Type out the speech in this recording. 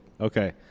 Okay